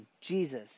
Jesus